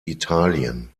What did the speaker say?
italien